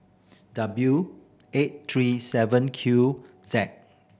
W eight three seven Q Z